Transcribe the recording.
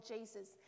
Jesus